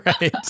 Right